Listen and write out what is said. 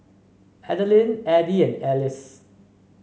Adilene Edie and Alys